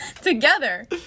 Together